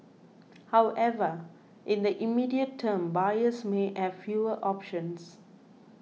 however in the immediate term buyers may have fewer options